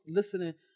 listening